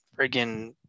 friggin